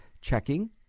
checking